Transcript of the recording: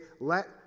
let